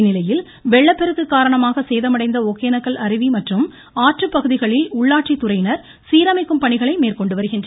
இந்நிலையில் வெள்ளப்பெருக்கு காரணமாக சேதமடைந்த ஒகேனக்கல் அருவி மற்றும் ஆற்றுப்பகுதிகளில் உள்ளாட்சித்துறையினர் சீரமைக்கும் பணிகளை மேற்கொண்டு வருகின்றனர்